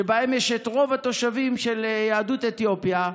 שבהן יש את רוב התושבים של יהדות אתיופיה,